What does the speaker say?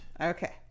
Okay